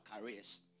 careers